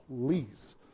please